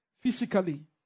physically